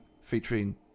featuring